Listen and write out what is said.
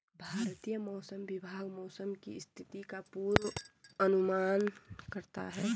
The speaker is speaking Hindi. भारतीय मौसम विभाग मौसम की स्थिति का पूर्वानुमान करता है